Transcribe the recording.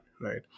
right